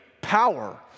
power